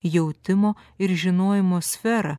jautimo ir žinojimo sferą